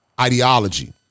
ideology